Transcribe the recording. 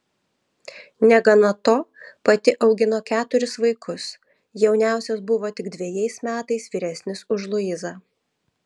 negana to pati augino keturis vaikus jauniausias buvo tik dvejais metais vyresnis už luizą